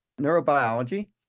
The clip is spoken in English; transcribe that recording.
Neurobiology